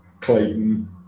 Clayton